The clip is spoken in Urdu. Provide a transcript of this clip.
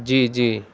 جی جی